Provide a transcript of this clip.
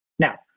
Now